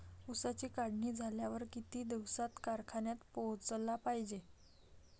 ऊसाची काढणी झाल्यावर किती दिवसात कारखान्यात पोहोचला पायजे?